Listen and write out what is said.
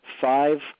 five